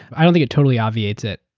i don't think it totally obviates it.